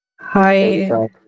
Hi